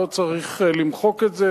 לא צריך למחוק את זה,